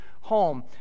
home